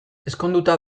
ezkonduta